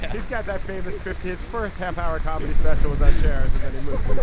he's got that famous fifty s first half hour comedy special with that chairs and eddie murphy,